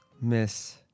Miss